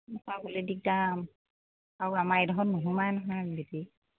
পাবলৈ দিগদাৰ আৰু আমাৰ এইডোখৰত নোসোমায় নহয় বেটেৰী